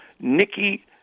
Nikki